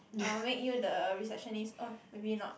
I'll make you the receptionist oh maybe not